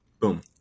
Boom